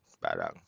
parang